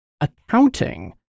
accounting